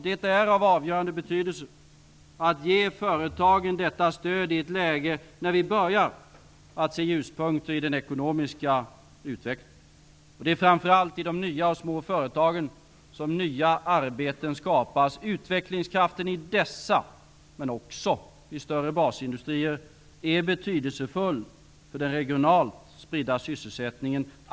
Det är av avgörande betydelse att ge företagen detta stöd i ett läge när vi börjar se ljuspunkter i den ekonomiska utvecklingen. Det är framför allt i de nya och de små företagen som nya arbeten skapas. Utvecklingskraften i dessa, men också i större basindustrier, är betydelsefull för den regionalt spridda sysselsättningen.